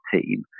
team